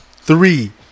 three